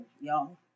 y'all